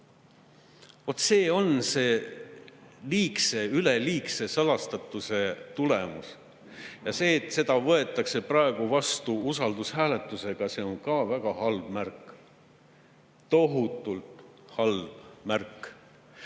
see on selle üleliigse salastatuse tulemus. Ja see, et see seadus võetakse praegu vastu usaldushääletusega, on ka väga halb märk. Tohutult halb märk!